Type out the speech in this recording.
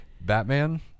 Batman